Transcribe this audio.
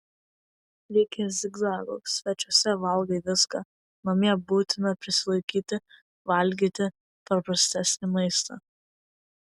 reikia zigzagų svečiuose valgai viską namie būtina prisilaikyti valgyti paprastesnį maistą